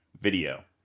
video